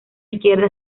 izquierda